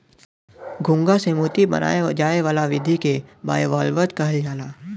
घोंघा से मोती बनाये जाए वाला विधि के बाइवाल्वज कहल जाला